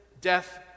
death